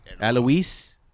alois